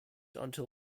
until